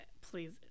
please